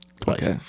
Twice